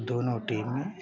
दोनों टीमें